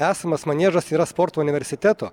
esamas maniežas yra sporto universiteto